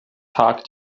tag